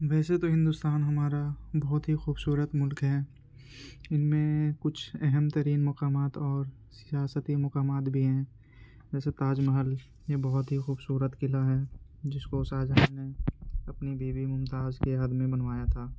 ویسے تو ہندوستان ہمارا بہت ہی خوبصورت ملک ہے ان میں کچھ اہم ترین مقامات اور سیاستی مقامات بھی ہیں جیسے تاج محل یہ بہت ہی خوبصورت قلعہ ہیں جس کو شاہ جہاں نے اپنی بیوی ممتاز کے یاد میں بنوایا تھا